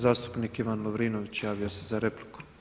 Zastupnik Ivan Lovrinović javio se za repliku.